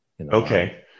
Okay